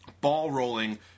ball-rolling